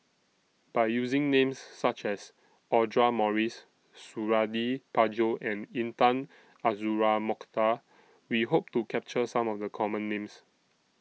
By using Names such as Audra Morrice Suradi Parjo and Intan Azura Mokhtar We Hope to capture Some of The Common Names